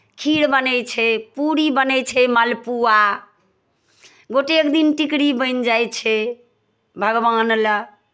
खीर बनै छै पूरी बनै छै मलपुआ गोटेक दिन टिकड़ी बनि जाइ छै भगवान लए